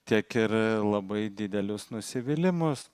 tiek ir labai didelius nusivylimus